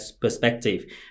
perspective